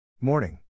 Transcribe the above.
Morning